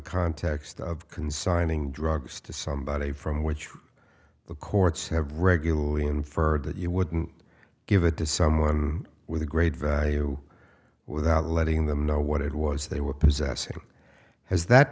context of consigning drugs to somebody from which the courts have regularly inferred that you wouldn't give it to someone with a great value without letting them know what it was they were possessing has that